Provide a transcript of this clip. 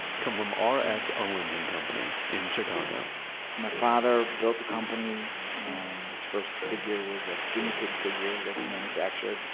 come from r s. owens and company in chicago my father built the company, and his first figure was a guinea pig figure that he manufactured,